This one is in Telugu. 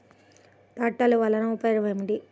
ట్రాక్టర్లు వల్లన ఉపయోగం ఏమిటీ?